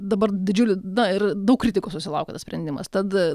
dabar didžiulė na ir daug kritikos susilaukė tas sprendimas tad